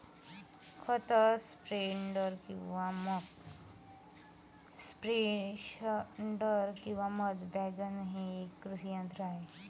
खत स्प्रेडर किंवा मक स्प्रेडर किंवा मध वॅगन हे एक कृषी यंत्र आहे